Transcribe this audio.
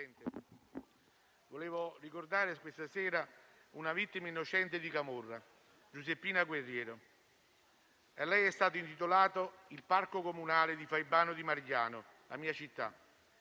Signor Presidente, vorrei ricordare questa sera una vittima innocente di camorra, Giuseppina Guerriero. A lei è stato intitolato il parco comunale di Faibano di Marigliano, la mia città.